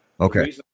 Okay